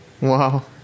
Wow